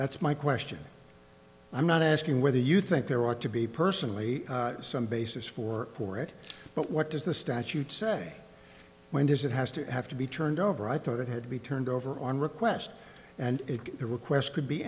that's my question i'm not asking whether you think there ought to be personally some basis for for it but what does the statute say when does it has to have to be turned over i thought it had to be turned over on request and the request could be